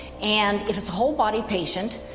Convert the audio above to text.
and if its whole body patient,